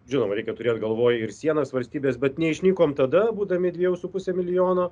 žinoma reikia turėt galvoj ir sienas valstybės bet neišnykom tada būdami dviejų su puse milijono